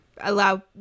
allow